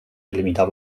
delimitar